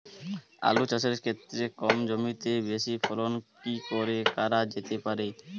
আলু চাষের ক্ষেত্রে কম জমিতে বেশি ফলন কি করে করা যেতে পারে?